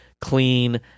clean